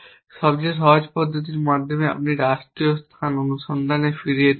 সবচেয়ে সহজ পদ্ধতির মাধ্যমে আপনি রাষ্ট্রীয় স্থান অনুসন্ধানে ফিরে যেতে পারেন